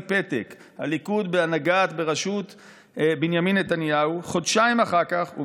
פתק "הליכוד בראשות בנימין נתניהו" חודשיים אחר כך הוא